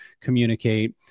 communicate